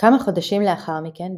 כמה חודשים לאחר מכן,